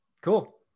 cool